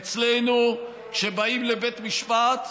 אצלנו, כשבאים לבית משפט,